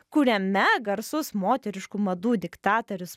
kuriame garsus moteriškų madų diktatorius